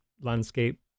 landscape